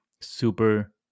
super